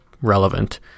relevant